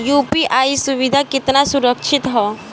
UPI सुविधा केतना सुरक्षित ह?